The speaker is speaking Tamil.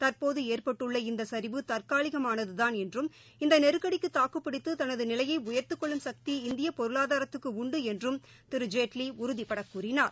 தற்போது ஏற்பட்டுள்ள இந்த சரிவு தற்காலிகமானதுதான் என்றும் இந்த நெருக்கடிக்கு தாக்குபிடித்து தனது நிலையை உறுதிடடுத்திக் கொள்ளும் சக்தி இந்திய பொருளாதாரத்துக்கு உண்டு என்று திரு ஜேட்லி உறுதிபட கூறினார்